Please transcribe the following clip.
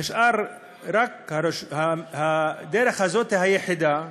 נשארה רק הדרך הזאת, היחידה,